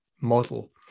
model